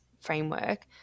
framework